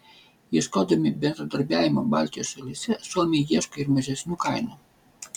ieškodami bendradarbiavimo baltijos šalyse suomiai ieško ir mažesnių kainų